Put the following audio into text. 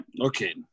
Okay